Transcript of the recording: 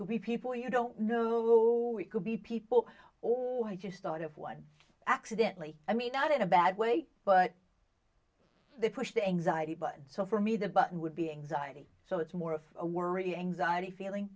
could be people you don't know who it could be people or i just thought of one accidently i mean not in a bad way but they push the anxiety but so for me the button would be anxiety so it's more of a worry anxiety feeling